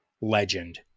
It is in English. legend